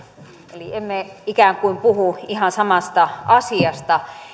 eli emme ikään kuin puhu ihan samasta asiasta